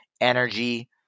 energy